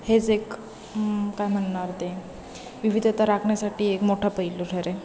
हेच एक काय म्हणणार ते विविधता राखण्यासाठी एक मोठा पैलू ठरेल